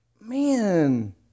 man